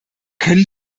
können